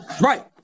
Right